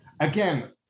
Again